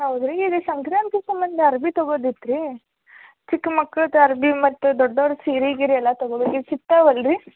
ಹೌದ್ರಿ ಈಗ ಸಂಕ್ರಾಂತಿ ಸಂಬಂದ ಅರ್ವಿ ತೊಗೋದಿತ್ತು ರಿ ಚಿಕ್ಕ ಮಕ್ಳದ್ದು ಅರ್ವಿ ಮತ್ತೆ ದೊಡ್ಡೋರದು ಸೀರೆ ಗೀರೆ ಎಲ್ಲ ತೊಗೋಬೇಕು ಸಿಕ್ತಾವಲ್ರಿ